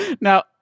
Now